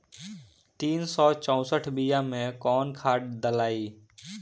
तीन सउ चउसठ बिया मे कौन खाद दलाई?